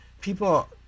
People